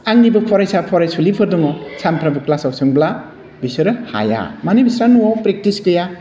आंनिबो फरायसा फरायसुलिफोर दङ सामफ्रामबो क्लासाव सोंब्ला बिसोरो हाया मानो बिस्रा न'वाव प्रेकटिस गैया